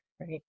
right